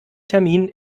termin